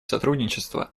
сотрудничество